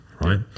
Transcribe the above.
right